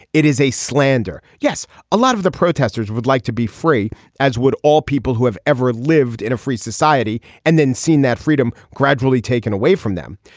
it is a slander yes a lot of the protesters would like to be free as would all people who have ever lived in a free society and then seen that freedom gradually taken away from them.